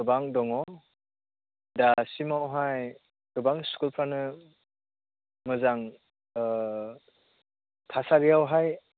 गोबां दङ दासिमावहाय गोबां स्कुलफ्रानो मोजां थासारियावहाय